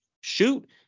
Shoot